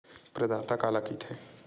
प्रदाता काला कइथे?